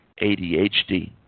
ADHD